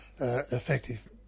Effective